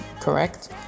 correct